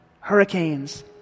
hurricanes